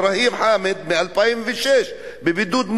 אברהים חאמד, מ-2006 בבידוד מוחלט.